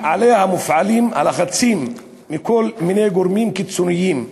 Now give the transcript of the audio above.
שמופעלים עליה לחצים מכל מיני גורמים קיצוניים,